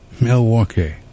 Milwaukee